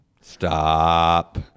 Stop